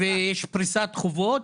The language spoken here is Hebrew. ויש פריסת חובות,